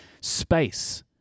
space